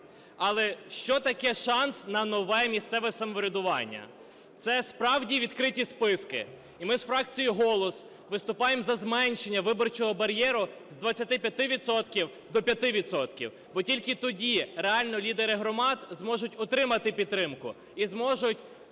Але що таке шанс на нове місцеве самоврядування? Це справді відкриті списки. І ми з фракцією "Голос" виступаємо за зменшення виборчого бар'єру з 25 відсотків до 5 відсотків, бо тільки тоді реально лідери громад зможуть отримати підтримку і зможуть